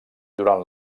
durant